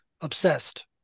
obsessed